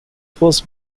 first